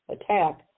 attack